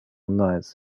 knights